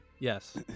Yes